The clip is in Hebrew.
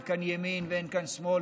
אין כאן ימין ואין כאן שמאל,